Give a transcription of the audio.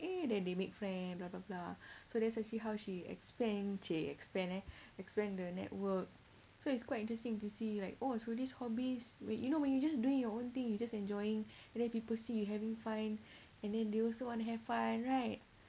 eh then they make friend blah blah blah so that's actually how she expand she expand and expand the network so it's quite interesting to see like oh it's through these hobbies we you know when you just doing your own thing you just enjoying and then people see you having fun and then they also want to have fun right